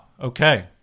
Okay